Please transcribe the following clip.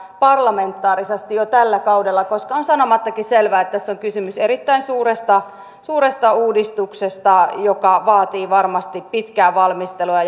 parlamentaarisesti jo tällä kaudella koska on sanomattakin selvää että tässä on kysymys erittäin suuresta suuresta uudistuksesta joka vaatii varmasti pitkää valmistelua